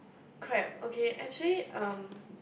crap okay actually um